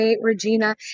Regina